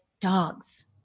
dogs